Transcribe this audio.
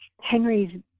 Henry's